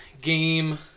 game